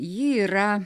ji yra